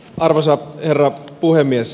arvoisa herra puhemies